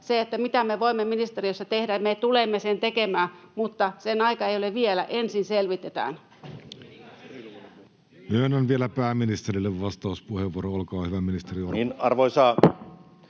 Sen, mitä me voimme ministeriössä tehdä, tulemme tekemään, mutta sen aika ei ole vielä. Ensin selvitetään.